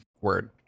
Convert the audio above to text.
Word